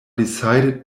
decided